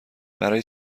برای